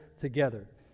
together